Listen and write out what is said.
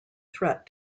threat